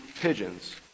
pigeons